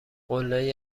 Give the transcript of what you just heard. قلهای